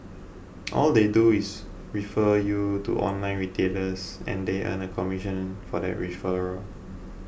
all they do is refer you to online retailers and they earn a commission for that referral